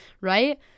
Right